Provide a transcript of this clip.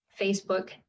Facebook